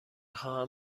خواهم